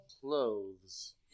Clothes